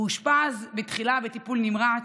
הוא אושפז בתחילה בטיפול נמרץ,